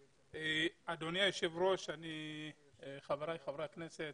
אדוני היושב ראש, חבריי חברי הכנסת,